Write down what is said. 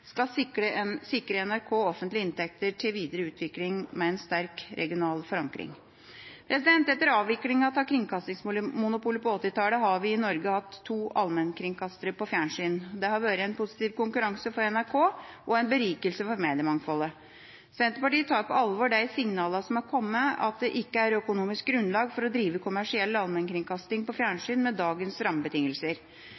skal sikre NRK offentlige inntekter til videre utvikling, med en sterk regional forankring. Etter avviklinga av kringkastingsmonopolet på 1980-tallet, har vi i Norge hatt to allmennkringkastere på fjernsyn. Det har vært en positiv konkurranse for NRK og en berikelse for mediemangfoldet. Senterpartiet tar på alvor de signalene som er kommet om at det ikke er økonomisk grunnlag for å drive kommersiell allmennkringkasting på